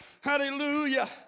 hallelujah